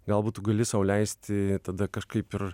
galbūt tu gali sau leisti tada kažkaip ir